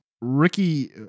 Ricky